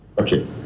Okay